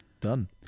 done